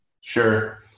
Sure